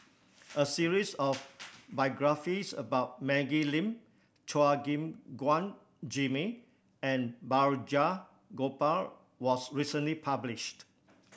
a series of biographies about Maggie Lim Chua Gim Guan Jimmy and Balraj Gopal was recently published